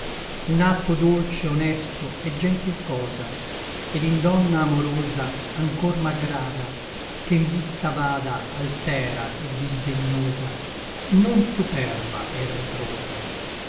un acto dolce honesto è gentil cosa et in donna amorosa anchor m'aggrada che n vista vada altera et disdegnosa non superba et ritrosa